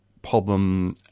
Problem